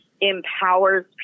empowers